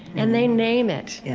and they name it.